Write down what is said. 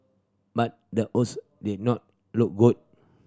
but the odds did not look good